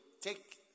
take